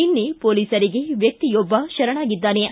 ನಿನ್ನೆ ಪೋಲೀಸರಿಗೆ ವ್ಯಕ್ತಿಯೊಬ್ಬ ಶರಣಾಗಿದ್ದಾನೆ